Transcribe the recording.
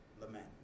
lament